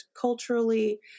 culturally